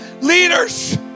leaders